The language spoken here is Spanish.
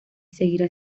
seguirá